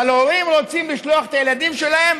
אבל הורים רוצים לשלוח את הילדים שלהם